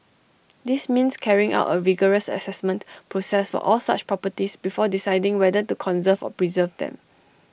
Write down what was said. this means carrying out A rigorous Assessment process for all such properties before deciding whether to conserve or preserve them